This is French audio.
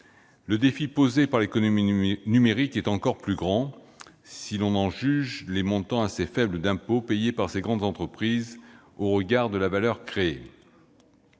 le défi posé par l'économie numérique est encore plus grand, si l'on en juge par les montants d'impôt assez faibles payés par ces grandes entreprises au regard de la valeur créée.